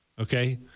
Okay